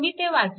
तुम्ही हे वाचा